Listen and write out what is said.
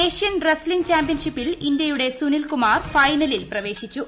Asian wrestling ചാമ്പ്യൻഷിപ്പിൽ ഇന്ത്യയുടെ സുനിൽ കുമാർ ഫൈനലിൽ പ്രവേശിച്ചു